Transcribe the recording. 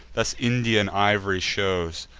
thus indian iv'ry shows,